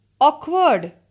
awkward